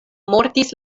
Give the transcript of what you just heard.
mortis